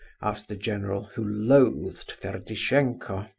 asked the general, who loathed ferdishenko.